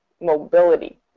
mobility